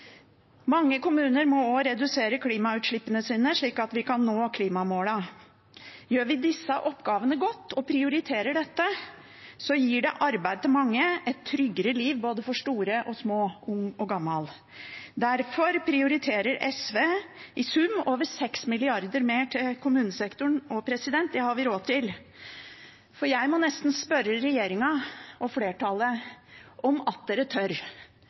Mange kommuner må også redusere klimagassutslippene sine, slik at vi kan nå klimamålene. Gjør vi disse oppgavene godt og prioriterer dette, gir det arbeid til mange og et tryggere liv både for store og små, ung og gammel. Derfor prioriterer SV i sum over 6 mrd. kr mer til kommunesektoren. Det har vi råd til. Og jeg må nesten si til regjeringen og flertallet: At dere tør!